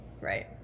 right